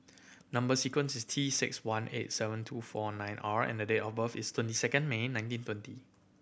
number sequence is T six one eight seven two four nine R and the date of birth is twenty second May nineteen twenty